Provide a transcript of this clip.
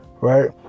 right